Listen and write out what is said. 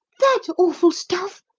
that awful stuff!